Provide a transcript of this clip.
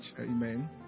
Amen